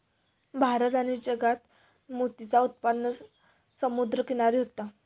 भारत आणि जगात मोतीचा उत्पादन समुद्र किनारी होता